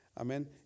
amen